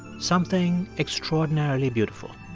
something extraordinarily beautiful